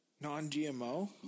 Non-GMO